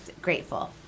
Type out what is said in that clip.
grateful